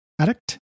Addict